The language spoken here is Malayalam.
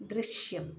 ദൃശ്യം